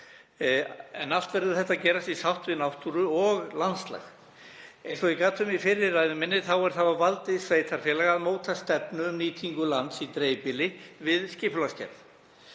en allt verður þetta að gerast í sátt við náttúru og landslag. Eins og ég gat um í fyrri ræðu minni þá er það á valdi sveitarfélaga að móta stefnu um nýtingu lands í dreifbýli við skipulagsgerð.